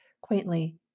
quaintly